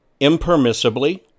impermissibly